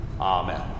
Amen